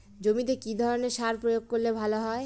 জমিতে কি ধরনের সার প্রয়োগ করলে ভালো হয়?